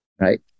right